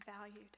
valued